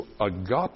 agape